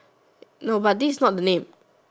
no but this is not the name